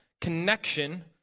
connection